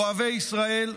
אוהבי ישראל,